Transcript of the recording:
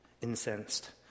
incensed